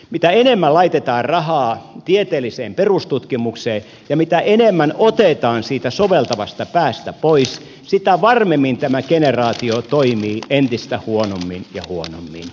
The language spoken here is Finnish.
mitä enemmän laitetaan rahaa tieteelliseen perustutkimukseen ja mitä enemmän otetaan siitä soveltavasta päästä pois sitä varmemmin tämä generaatio toimii entistä huonommin ja huonommin